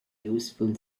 useful